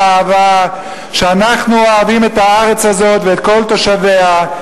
האהבה שאנחנו אוהבים את הארץ הזאת ואת כל תושביה.